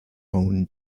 own